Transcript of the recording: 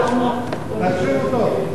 תקשיבו טוב.